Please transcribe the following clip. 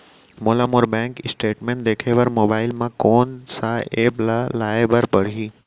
मोला मोर bank statement देखे बर मोबाइल मा कोन सा एप ला लाए बर परही?